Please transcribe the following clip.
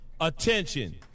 Attention